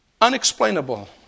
unexplainable